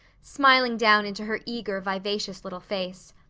smiling down into her eager, vivacious little face.